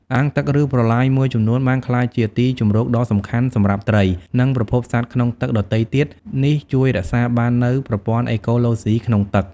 អាងទឹក ឬប្រឡាយមួយចំនួនបានក្លាយជាទីជម្រកដ៏សំខាន់សម្រាប់ត្រី និងប្រភេទសត្វក្នុងទឹកដទៃទៀត នេះជួយរក្សាបាននូវប្រព័ន្ធអេកូឡូស៊ីក្នុងទឹក។